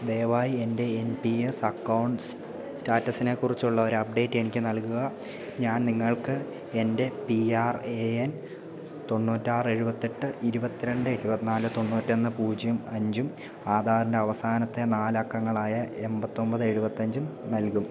ദയവായി എൻ്റെ N P S account സ്റ്റാറ്റസിനെക്കുറിച്ചുള്ള ഒരു അപ്ഡേറ്റ് എനിക്കു നൽകുക ഞാൻ നിങ്ങൾക്ക് എൻ്റെ പി ആർ എ എൻ തൊണ്ണൂറ്റിയാറ് എഴുപത്തിയെട്ട് ഇരുപത്തിരണ്ട് എഴുപത്തിനാല് തൊണ്ണൂറ്റിയൊന്ന് പൂജ്യം അഞ്ചും ആധാറിൻ്റെ അവസാനത്തെ നാല് അക്കങ്ങളായ എണ്പത്തിയൊന്പത് എഴുപത്തിയഞ്ചും നൽകും